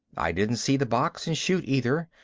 i didn't see the box and chute either,